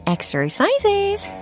Exercises